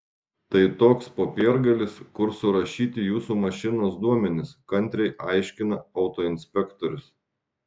tai toks popiergalis kur surašyti jūsų mašinos duomenys kantriai aiškina autoinspektorius